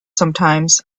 sometimes